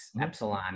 Epsilon